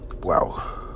Wow